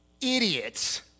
idiots